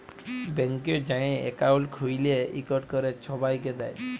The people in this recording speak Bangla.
ব্যাংকে যাঁয়ে একাউল্ট খ্যুইলে ইকট ক্যরে ছবাইকে দেয়